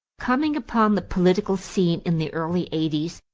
coming upon the political scene in the early eighties,